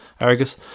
Argus